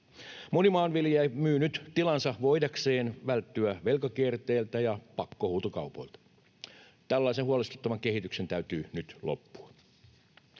Moni maanviljelijä myy nyt tilansa voidakseen välttyä velkakierteeltä ja pakkohuutokaupoilta. Tällaisen huolestuttavan kehityksen täytyy nyt loppua.